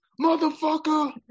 Motherfucker